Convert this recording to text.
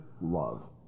love